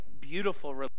beautiful